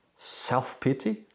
Self-pity